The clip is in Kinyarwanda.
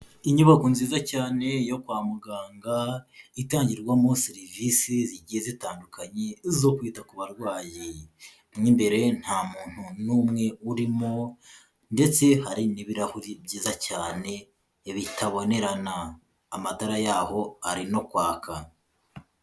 Inyubako nziza cyane yo kwa muganga, itangirwamo serivisi zigiye zitandukanye zo kwita ku barwayi, mo imbere nta muntu n'umwe urimo ndetse hari n'ibirahuri byiza cyane bitabonerana, amatara yaho ari no kwaka.